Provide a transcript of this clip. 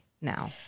now